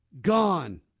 Gone